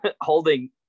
holding